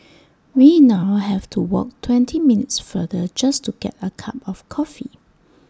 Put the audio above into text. we now have to walk twenty minutes farther just to get A cup of coffee